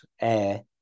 air